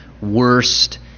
worst